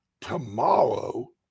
tomorrow